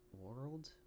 World